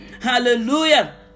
hallelujah